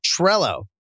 Trello